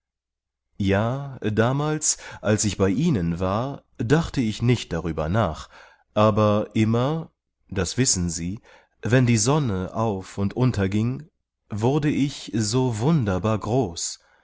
ja damals als ich bei ihnen war dachte ich nicht darüber nach aber immer das wissen sie wenn die sonne auf und unterging wurde ich so wunderbar groß